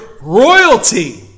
royalty